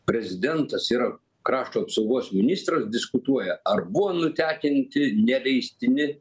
prezidentas yra krašto apsaugos ministras diskutuoja ar buvo nutekinti neleistini